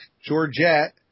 Georgette